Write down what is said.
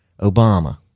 Obama